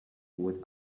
with